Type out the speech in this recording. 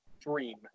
dream